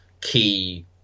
key